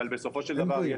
אבל בסופו של דבר,